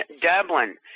Dublin